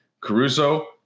Caruso